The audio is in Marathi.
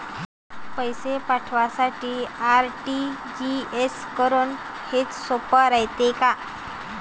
पैसे पाठवासाठी आर.टी.जी.एस करन हेच सोप रायते का?